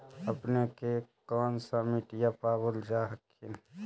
अपने के कौन सा मिट्टीया पाबल जा हखिन?